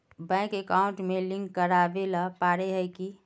Bank account में link करावेल पारे है की?